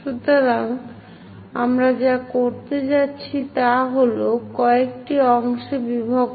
সুতরাং আমরা যা করতে যাচ্ছি তা হল কয়েকটি অংশে বিভক্ত